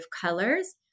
colors